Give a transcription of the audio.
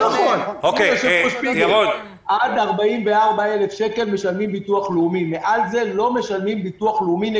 עד 44,000 שקל משלמים ביטוח לאומי.